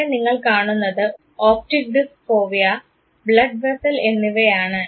ഇവിടെ നിങ്ങൾ കാണുന്നത് optic disc fovea blood vessel എന്നിവയാണ്